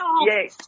Yay